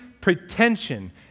pretension